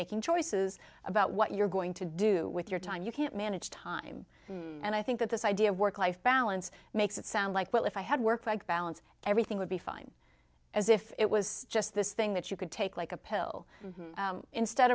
making choices about what you're going to do with your time you can't manage time and i think that this idea of work life balance makes it sound like well if i had worked like balance everything would be fine as if it was just this thing that you could take like a pill